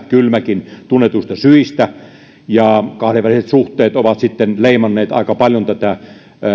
kylmäkin tunnetuista syistä kahdenväliset suhteet ovat sitten leimanneet tätä